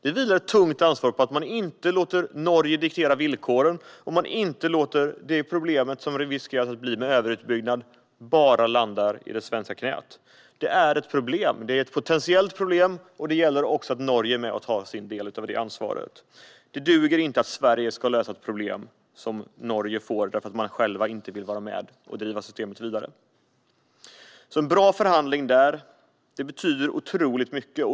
Det vilar ett tungt ansvar på regeringen för att inte låta Norge diktera villkoren. Man får inte låta det problem som vi riskerar i form av överutbyggnad bara landa i det svenska knät. Det är ett potentiellt problem, och det gäller att också Norge är med och tar sin del av ansvaret. Det duger inte att Sverige ska lösa ett problem som Norge får därför att man själv inte vill vara med och driva systemet vidare. En bra förhandling betyder alltså otroligt mycket.